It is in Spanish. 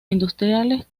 industriales